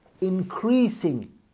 increasing